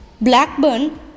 Blackburn